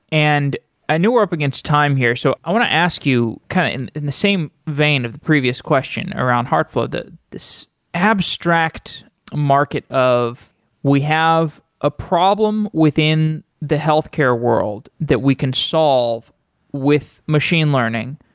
and i know we're up against time here, so i want to ask you kind of in in the same vein of the previous question around heartflow, this abstract market of we have a problem within the healthcare world that we can solve with machine learning.